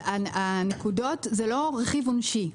הנקודות זה לא רכיב עונשי.